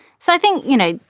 so i think, you know,